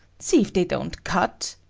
see if they don't cut!